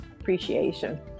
Appreciation